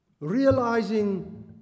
realizing